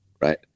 right